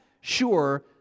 sure